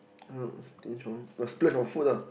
I don't know stinge on uh splurge on food ah